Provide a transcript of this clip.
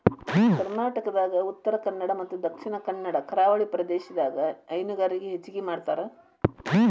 ಕರ್ನಾಟಕದಾಗ ಉತ್ತರಕನ್ನಡ ಮತ್ತ ದಕ್ಷಿಣ ಕನ್ನಡ ಕರಾವಳಿ ಪ್ರದೇಶದಾಗ ಮೇನುಗಾರಿಕೆ ಹೆಚಗಿ ಮಾಡ್ತಾರ